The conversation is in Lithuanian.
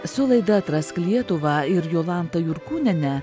su laida atrask lietuvą ir jolanta jurkūniene